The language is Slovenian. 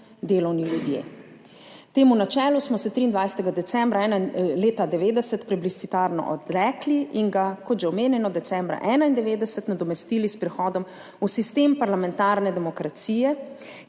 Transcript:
delavni ljudje. Temu načelu smo se 23. decembra leta 1990 plebiscitarno odrekli in ga, kot že omenjeno, decembra 1991 nadomestili s prehodom v sistem parlamentarne demokracije,